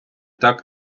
так